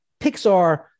Pixar